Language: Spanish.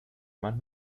más